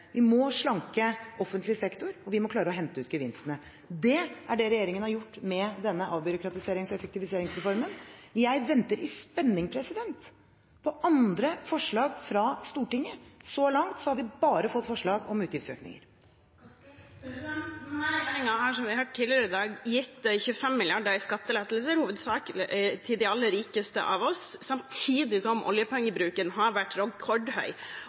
Vi må slanke offentlig sektor, og vi må klare å hente ut gevinstene. Det er det regjeringen har gjort gjennom denne avbyråkratiserings- og effektiviseringsreformen. Jeg venter i spenning på andre forslag fra Stortinget. Så langt har vi bare fått forslag om utgiftsøkninger. Kari Elisabeth Kaski – til oppfølgingsspørsmål. Denne regjeringen har – som vi har hørt tidligere i dag – gitt 25 mrd. kr i skattelettelser, hovedsakelig til de aller rikeste av oss, samtidig som oljepengebruken har vært rekordhøy.